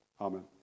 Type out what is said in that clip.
Amen